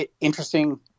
interesting